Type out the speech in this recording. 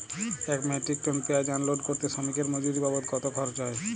এক metric ton পেঁয়াজ unload করতে শ্রমিকের মজুরি বাবদ কত খরচ হয়?